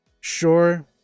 sure